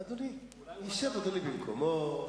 אדוני, ישב אדוני במקומו,